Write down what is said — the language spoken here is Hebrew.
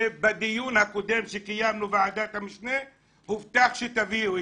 שבדיון הקודם שקיימה ועדת המשנה הובטח שתביאו?